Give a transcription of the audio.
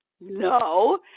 No